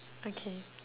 okay